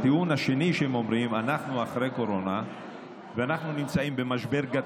הטיעון השני שהם אומרים: אנחנו אחרי קורונה ואנחנו נמצאים במשבר גדול,